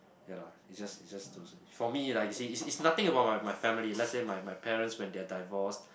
ya lah is just is just don't say for me like you see you see is nothing about my my family let's say my my parents when they're divorced